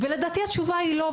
ולדעתי התשובה היא לא.